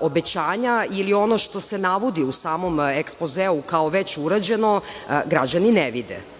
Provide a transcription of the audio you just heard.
obećanja ili ono što se navodi u samom ekspozeu kao već urađeno, građani ne